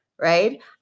Right